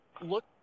look